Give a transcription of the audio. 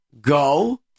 Go